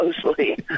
closely